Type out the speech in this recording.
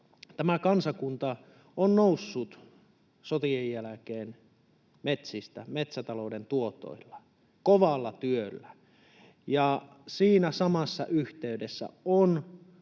Tämä kansakunta on noussut sotien jälkeen metsistä, metsätalouden tuotoilla, kovalla työllä, ja siinä samassa yhteydessä on